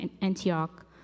Antioch